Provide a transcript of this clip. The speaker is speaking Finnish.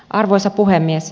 arvoisa puhemies